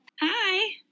Hi